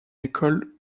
école